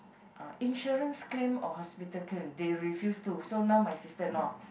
uh insurance claim or hospital claim they refuse to so now my sister-in-law